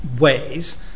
ways